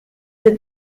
êtes